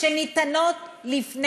הם יכולים לפעול?